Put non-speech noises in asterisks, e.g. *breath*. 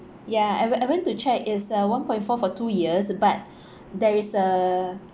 ya I went I went to check is uh one point four for two years but *breath* there is uh